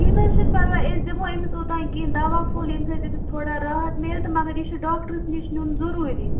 کیٚنٛہہ نہَ حظ چھِنہٕ پروٲے أسۍ دِمو أمِس اوٚتانۍ کیٚنٛہہ دوا پھوٚل ییٚمہِ سۭتۍ أمِس تھوڑا راحت میٚلہِ تہٕ مگر یہِ چھُ ڈاکٹرس نِش نِیُن ضروٗری